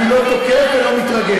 אני לא תוקף ולא מתרגש.